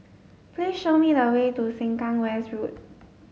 please show me the way to Sengkang West Road